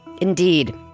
Indeed